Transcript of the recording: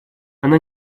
она